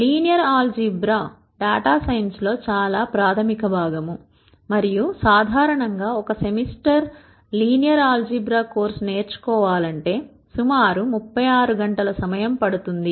linear algebra data science లో చాలా ప్రాథమిక భాగం మరియు సాధారణంగా ఒక semester linear algebra course నేర్చుకోవాలంటే సుమారు 36 గంటల సమయం పడుతుంది